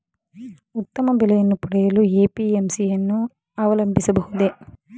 ಉತ್ತಮ ಬೆಲೆಯನ್ನು ಪಡೆಯಲು ಎ.ಪಿ.ಎಂ.ಸಿ ಯನ್ನು ಅವಲಂಬಿಸಬಹುದೇ?